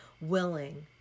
willing